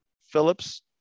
Phillips